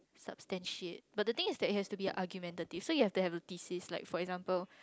substantiate but the thing is that it has to be a argumentative so you have to have a thesis like for example